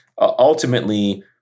ultimately